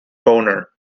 boner